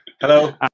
Hello